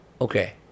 Okay